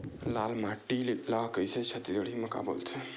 लाल माटी ला छत्तीसगढ़ी मा का बोलथे?